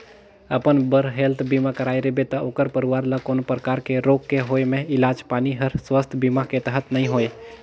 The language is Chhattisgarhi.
अपन बर हेल्थ बीमा कराए रिबे त ओखर परवार ल कोनो परकार के रोग के होए मे इलाज पानी हर सुवास्थ बीमा के तहत नइ होए